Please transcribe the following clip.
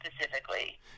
specifically